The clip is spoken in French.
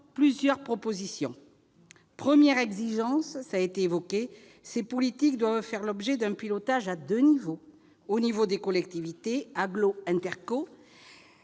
plusieurs propositions. Première exigence : ces politiques doivent faire l'objet d'un pilotage à deux niveaux. Au niveau des collectivités- « agglo » et